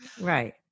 Right